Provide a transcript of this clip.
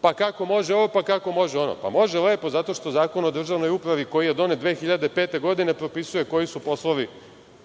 Pa, kako može on, pa kako može ona? Može lepo, zato što Zakon o državnoj upravi, koji je donet 2005. godine, propisuje koji su poslovi